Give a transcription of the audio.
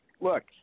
look